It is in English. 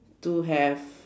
to have